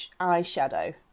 eyeshadow